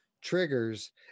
triggers